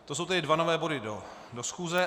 To jsou ty dva nové body do schůze.